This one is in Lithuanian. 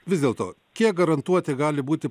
vis dėl to kiek garantuoti gali būti